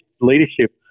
leadership